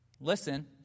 listen